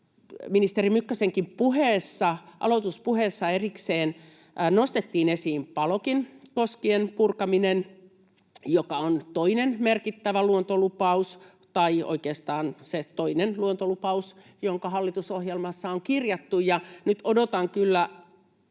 ministeri Mykkäsenkin aloituspuheessa erikseen nostettiin esiin Palokin koskien purkaminen, joka on toinen merkittävä luontolupaus tai oikeastaan se toinen luontolupaus, joka hallitusohjelmaan on kirjattu. Nyt odotan kyllä